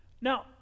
Now